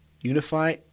Unify